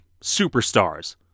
superstars